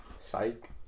Psych